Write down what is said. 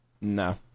No